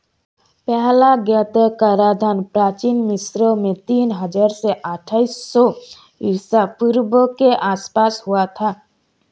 पहला ज्ञात कराधान प्राचीन मिस्र में तीन हजार से अट्ठाईस सौ ईसा पूर्व के आसपास हुआ था